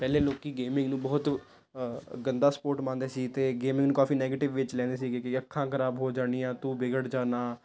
ਪਹਿਲਾਂ ਲੋਕ ਗੇਮਿੰਗ ਨੂੰ ਬਹੁਤ ਗੰਦਾ ਸਪੋਰਟ ਮੰਨਦੇ ਸੀ ਅਤੇ ਗੇਮਿੰਗ ਨੂੰ ਕਾਫੀ ਨੈਗੇਟਿਵ ਵਿੱਚ ਲੈਂਦੇ ਸੀਗੇ ਕਿ ਅੱਖਾਂ ਖ਼ਰਾਬ ਹੋ ਜਾਣੀਆਂ ਤੂੰ ਵਿਗੜ ਜਾਣਾ